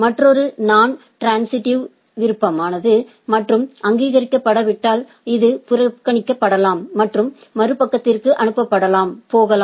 மற்றொன்று non transitive இல் விருப்பமானது மற்றும் அங்கீகரிக்கப்படாவிட்டால் இது புறக்கணிக்கப்படலாம் மற்றும் மறுபக்கத்திற்கு அனுப்பப்படாமல் போகலாம்